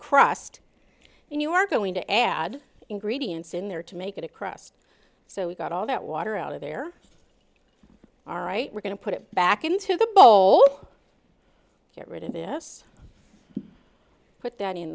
crust and you are going to add ingredients in there to make it a crust so we got all that water out of there all right we're going to put it back into the bowl get rid of this put that in